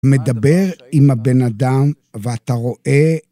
מדבר עם הבן אדם, ואתה רואה...